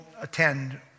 attend